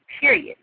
Period